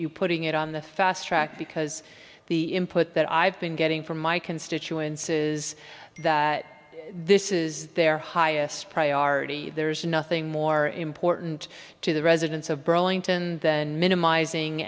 you putting it on the fast track because the input that i've been getting from my constituents is that this is their highest priority there's nothing more important to the residents of burlington than minimizing